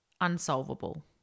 unsolvable